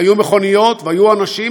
והיו מכוניות והיו אנשים,